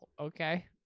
Okay